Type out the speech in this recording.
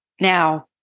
Now